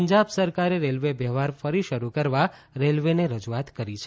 પંજાબ સરકારે રેલવે વ્યવહાર ફરી શરૂ કરવા રેલવેને રજૂઆત કરી છે